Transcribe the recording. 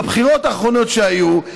בבחירות האחרונות שהיו,